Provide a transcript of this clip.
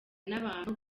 n’abantu